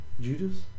Judas